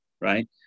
right